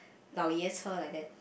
老爷车 like that